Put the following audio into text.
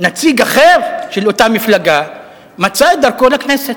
נציג אחר של אותה מפלגה מצא את דרכו לכנסת.